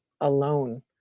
alone